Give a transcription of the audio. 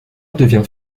devient